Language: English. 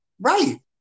Right